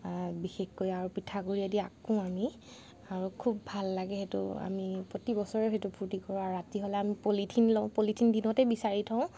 বিশেষকৈ আৰু পিঠাগুড়িয়েদি আকোঁ আমি আৰু খুব ভাল লাগে সেইটো আমি প্ৰতিবছৰে সেইটো ফূৰ্তি কৰোঁ আৰু ৰাতি হ'লে আমি পলিথিন লওঁ পলিথিন দিনতে বিচাৰি থওঁ